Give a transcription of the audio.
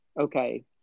okay